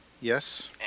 Yes